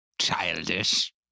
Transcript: Childish